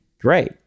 great